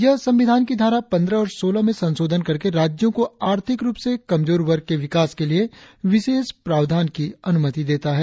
यह संविधान की धारा पंद्रह और सोलह में संशोधन करके राज्यों को आर्थिक रुप से कमजोर वर्ग के विकास के लिए विशेष प्रावधान की अनुमति देता है